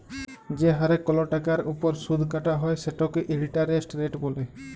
যে হারে কল টাকার উপর সুদ কাটা হ্যয় সেটকে ইলটারেস্ট রেট ব্যলে